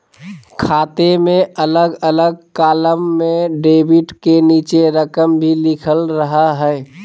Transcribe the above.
खाते में अलग अलग कालम में डेबिट के नीचे रकम भी लिखल रहा हइ